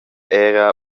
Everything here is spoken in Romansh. era